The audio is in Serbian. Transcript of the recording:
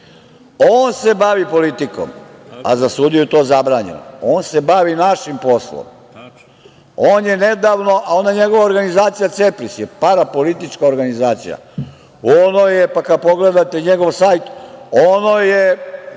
On se bavi politikom, a za sudiju je to zabranjeno. On se bavi našim poslom. On je nedavno, a ona njegova organizacija CEPRIS, je parapolitička organizacija, kad pogledate njegov sajt, ono je